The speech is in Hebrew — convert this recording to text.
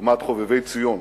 דוגמת "חובבי ציון".